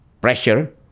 pressure